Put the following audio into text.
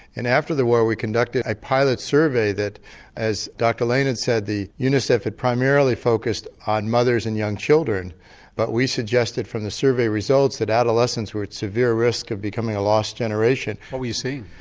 and after the war we conducted a pilot survey that as dr layne had said the unicef had primarily focused on mothers and young children but we suggested from the survey results that adolescents were at severe risk of becoming a lost generation. what were you seeing?